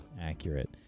Accurate